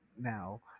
Now